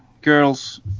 girls